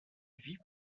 vie